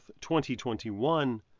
2021